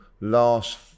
last